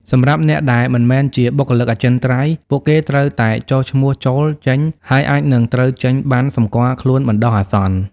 សម្រាប់អ្នកដែលមិនមែនជាបុគ្គលិកអចិន្ត្រៃយ៍ ពួកគេត្រូវតែចុះឈ្មោះចូល-ចេញ ហើយអាចនឹងត្រូវចេញបណ្ណសម្គាល់ខ្លួនបណ្ដោះអាសន្ន។